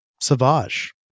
Savage